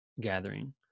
gathering